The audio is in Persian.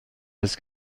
است